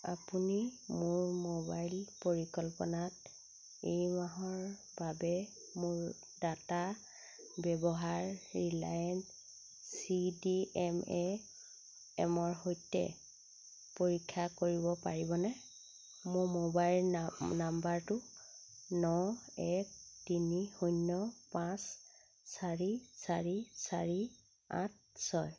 আপুনি মোৰ মোবাইল পৰিকল্পনাত এই মাহৰ বাবে মোৰ ডাটা ব্যৱহাৰ Reliance C D M A এমৰ সৈতে পৰীক্ষা কৰিব পাৰিবনে মোৰ মোবাইল নম্বৰটো ন এক তিনি শূন্য পাঁচ চাৰি চাৰি চাৰি আঠ ছয়